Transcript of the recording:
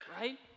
Right